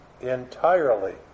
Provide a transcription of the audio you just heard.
entirely